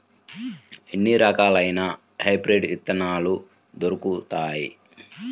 ఎన్ని రకాలయిన హైబ్రిడ్ విత్తనాలు దొరుకుతాయి?